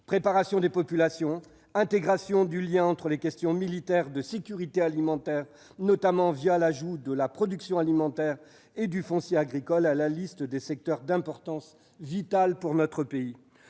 préparation des populations, intégration du lien entre les questions militaires, de sécurité et alimentaires, notamment l'ajout de la production alimentaire et du foncier agricole à la liste des secteurs d'importance vitale pour notre pays.